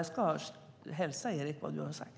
Jag ska hälsa Erik vad du har sagt.